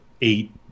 eight